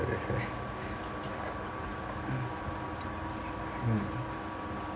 that's why mm